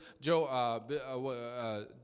Joe